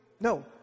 No